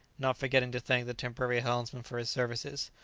not forgetting to thank the temporary helmsman for his services,